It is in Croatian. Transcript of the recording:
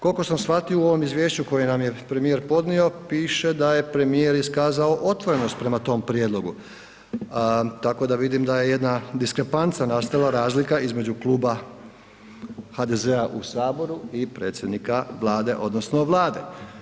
Koliko sam shvatio u ovom izvješću koje nam je premijer podnio, piše da je premijer iskazao otvorenost prema tom prijedlogu, tako da vidim da je jedna diskrepanca nastala razlika između kluba HDZ-a u Saboru i predsjednika Vlade odnosno Vlade.